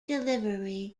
delivery